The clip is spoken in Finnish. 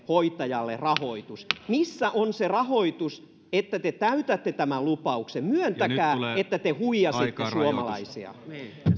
hoitajalle rahoitus missä on se rahoitus että te täytätte tämän lupauksen myöntäkää että te huijasitte suomalaisia